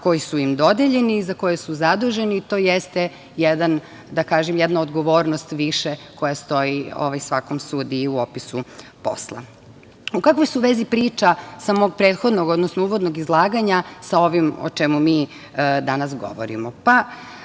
koji su im dodeljeni i za koje su zaduženi. To jeste jedna, da kažem, odgovornost više koja stoji svakom sudiji u opisu posla.U kakvoj su vezi priča sa mog prethodnog, odnosno uvodnog izlaganja sa ovim o čemu mi danas govorimo?